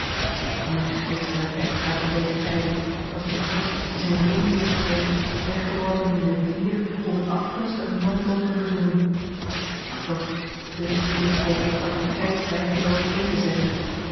nu schrikte het echtpaar van deze tijding als de vorst die zijn ring terugkreeg weggeworpen in de rivier om het afgunstig noodlot te verzoenen maar toch zij wisten zich over dit fataliteits bijgeloof heen te zetten